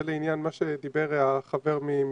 זה לעניין מה שדיבר החבר ממשרד הבריאות.